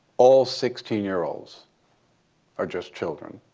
all sixteen year olds are just children.